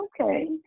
okay